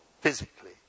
physically